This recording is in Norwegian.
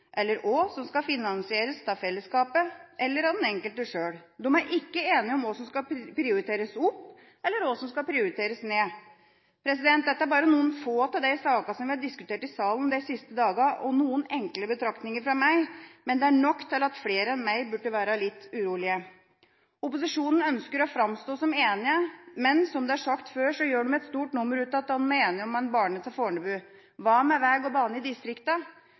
eller hva som skal finansieres av fellesskapet eller av den enkelte sjøl. De er ikke enige om hva som skal prioriteres opp, eller hva som skal prioriteres ned. Dette er bare noen få av de sakene som har vært diskutert i salen de siste dagene, og noen enkle betraktninger fra meg, men det er nok til at flere enn meg burde være litt urolige. Opposisjonen ønsker å framstå som enige, men som det er sagt før, gjør de et stort nummer ut av at de er enige om en bane ut til Fornebu. Hva med vei og bane i